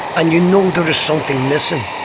and you know there is something missing,